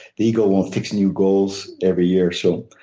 the eagle won't fix new goals every year. so